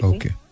Okay